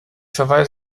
verweise